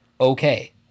okay